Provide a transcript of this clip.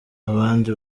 abandi